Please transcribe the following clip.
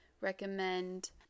recommend